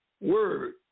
word